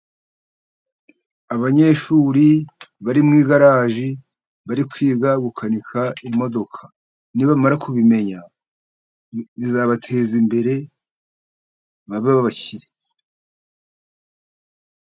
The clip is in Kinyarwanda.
Abanyeshuri bari mu igaraji, bari kwiga gukanika imodoka. Nibamara kubimenya bizabateza imbere, babe abakire.